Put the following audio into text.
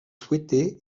souhaitée